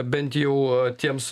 bent jau tiems